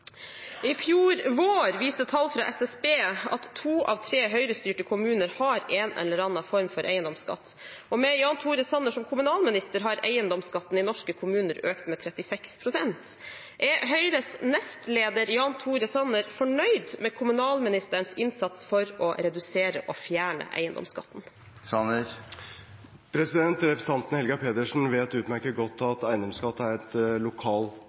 I fjor vår viste tall fra SSB at to av tre Høyre-styrte kommuner har en eller annen form for eiendomsskatt, og med Jan Tore Sanner som kommunalminister har eiendomsskatten i norske kommuner økt med 36 pst. Er Høyres nestleder, Jan Tore Sanner, fornøyd med kommunalministerens innsats for å redusere og fjerne eiendomsskatten? Representanten Helga Pedersen vet utmerket godt at eiendomsskatt er en lokal